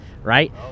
Right